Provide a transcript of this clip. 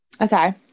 okay